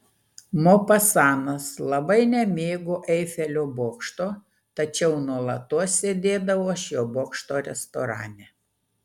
mopasanas labai nemėgo eifelio bokšto tačiau nuolatos sėdėdavo šio bokšto restorane